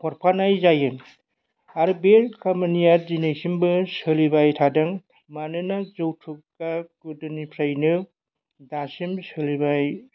हरफानाय जायो आरो बे खामानिया दिनैसिमबो सोलिबाय थादों मानोना जौथुकआ गोदोनिफ्रायनो दासिम सोलिबाय